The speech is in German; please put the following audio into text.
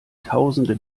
tausende